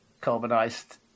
carbonized